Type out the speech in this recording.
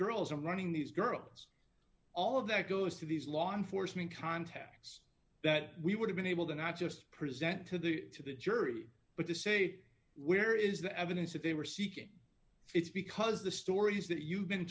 girls i'm running these girls all of that goes to these law enforcement contacts that we would've been able to not just present to do to the jury but to say where is the evidence that they were seeking it's because the stories that you've been